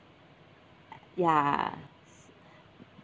yeah